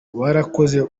warakoze